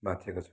बाँचेको छु